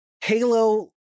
halo